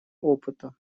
опыта